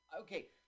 Okay